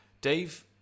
Dave